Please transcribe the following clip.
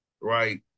right